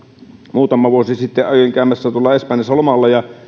muutama vuosi sitten olin käymässä tuolla espanjassa lomalla